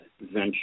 venture